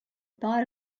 thought